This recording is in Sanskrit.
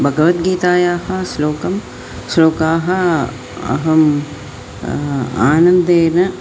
भगवद्गीतायाः श्लोकं श्लोकाः अहम् आनन्देन